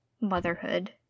motherhood